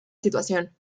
situación